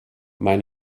mein